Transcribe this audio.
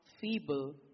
feeble